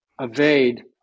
evade